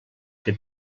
que